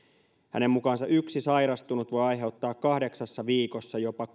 hänen mukaansa yksi sairastunut voi aiheuttaa kahdeksassa viikossa jopa